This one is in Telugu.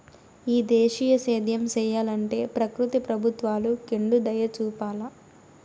ఈ దేశీయ సేద్యం సెయ్యలంటే ప్రకృతి ప్రభుత్వాలు కెండుదయచూపాల